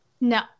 No